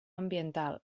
ambiental